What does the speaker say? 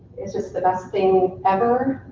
it's just the best thing ever,